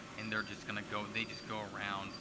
and they're just going to go they just go around